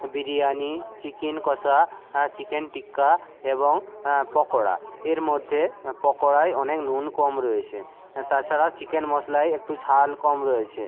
biryani chicken কষা chicken tikka এবং পকোড়া এর মধ্যে পকোড়ায় অনেক নুন কম রয়েছে তাছাড়া চিকেন মশলায় একটু ঝাল কম রয়েছে